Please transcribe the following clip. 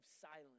silence